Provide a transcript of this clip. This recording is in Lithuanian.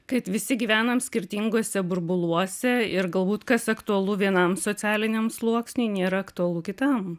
kad visi gyvenam skirtinguose burbuluose ir galbūt kas aktualu vienam socialiniam sluoksniui nėra aktualu kitam